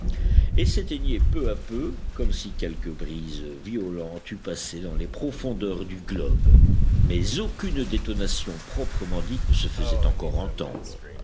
et s'éteignaient peu à peu comme si quelque brise violente eût passé dans les profondeurs du globe mais aucune détonation proprement dite ne se faisait encore entendre